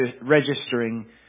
registering